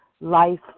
life